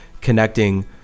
connecting